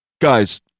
Guys